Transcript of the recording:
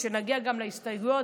כשנגיע גם להסתייגויות,